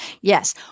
Yes